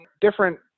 different